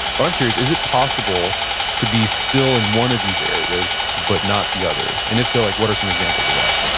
but, i'm curious, is it possible to be still in one of these areas, but not the other? and if so, like what are some examples of that?